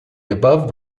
above